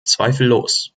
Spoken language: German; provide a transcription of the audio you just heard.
zweifellos